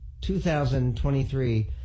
2023